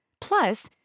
Plus